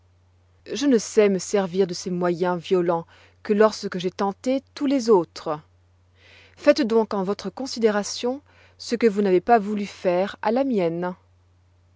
je ne sais me servir de ces moyens violents que lorsque j'ai tenté tous les autres faites donc en votre considération ce que vous n'avez pas voulu faire à la mienne